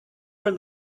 from